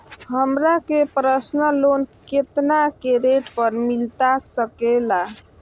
हमरा के personal loan कितना के रेट पर मिलता सके ला?